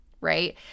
right